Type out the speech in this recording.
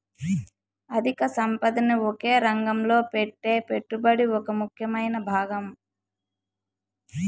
అధిక సంపదని ఒకే రంగంలో పెట్టే పెట్టుబడి ఒక ముఖ్యమైన భాగం